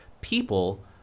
people